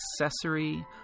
accessory